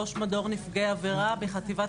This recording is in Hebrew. ראש מדור נפגעי עבירה בחטיבת